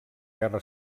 guerra